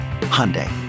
Hyundai